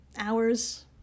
Hours